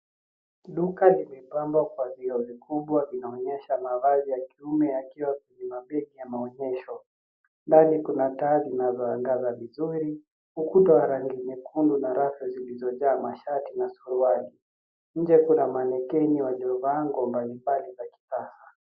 Duka limepambwa kwa vioo vikubwa vinaonyesha mavazi ya kiume yakiwa kwenye mabegi ya maonyesho. Ndani kuna taa zinazo angaza vizuri, ukuta wa rangi nyekundu na rafu zilizo jaa mashati na suruali. Nje kuna malekeni walio vaa nguo mbali mbali za kisasa.